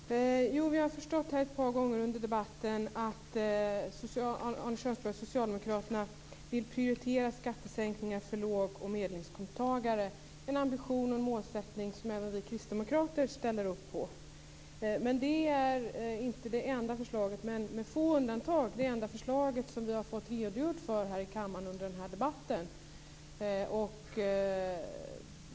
Fru talman! Jag har förstått ett par gånger under debatten att Arne Kjörnsberg och socialdemokraterna vill prioritera skattesänkningar för låg och medelinkomsttagare. Det är en ambition och målsättning som även vi kristdemokrater ställer upp på. Det är med få undantag det enda förslag som vi har fått redogjort för här i kammaren under denna debatt.